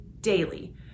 daily